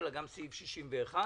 אלא גם סעיף 61,